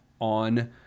on